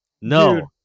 no